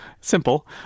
Simple